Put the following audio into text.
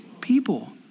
people